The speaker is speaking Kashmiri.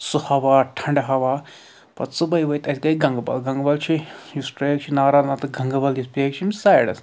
سُہ ہوا ٹھنٛڈٕ ہوا پتہٕ صُبحٲے ؤتھۍ أسۍ گٔے گَنٛگہٕ بَل گَنٛگہٕ بَل چھُ یُس ٹرٛیک چھِ نارا ناگ تہٕ گَنٛگہٕ بَل یِم سایڈَس